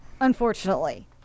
Unfortunately